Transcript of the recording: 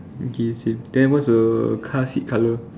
okay same then what the car seat colour